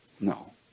No